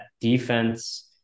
defense